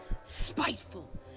spiteful